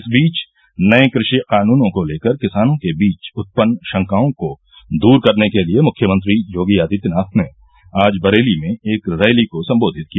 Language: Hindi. इस बीच नए कृषि कानूनों को लेकर किसानों के बीच उत्पन्न शंकाओं को दूर करने के लिए मुख्यमंत्री योगी आदित्यनाथ आज बरेली में एक रैली को संबोधित किया